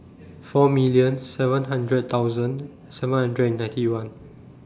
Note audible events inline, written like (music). (noise) four million seven hundred thousand seven hundred and ninety one